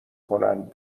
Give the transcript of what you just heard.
کنند